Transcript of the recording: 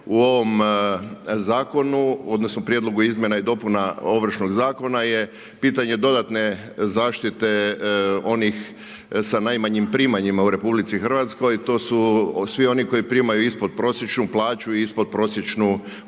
dobrim u ovom prijedlogu izmjena i dopuna Ovršnog zakona je pitanje dodatne zaštite onih sa najmanjim primanjima u RH, to su svi oni koji primaju ispodprosječnu plaću i ispodprosječnu